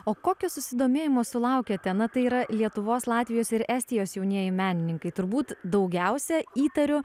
o kokio susidomėjimo sulaukėte na tai yra lietuvos latvijos ir estijos jaunieji menininkai turbūt daugiausia įtariu